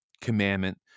Commandment